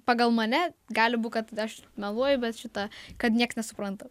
pagal mane gali būt kad aš meluoju bet šita kad nieks nesupranta